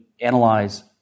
analyze